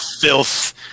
filth